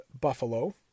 Buffalo